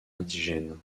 indigènes